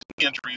injuries